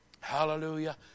Hallelujah